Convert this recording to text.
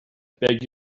beg